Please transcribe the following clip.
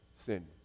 sin